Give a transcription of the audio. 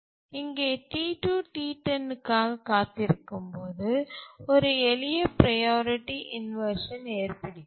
இங்கே T2 T10க்காகக் காத்திருக்கும்போது ஒரு எளிய ப்ரையாரிட்டி இன்வர்ஷன் ஏற்படுகிறது